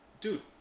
Dude